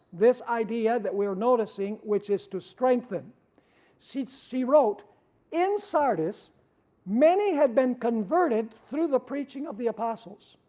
this idea that we're noticing which is to strengthen she she wrote in sardis many had been converted through the preaching of the apostles.